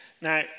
Now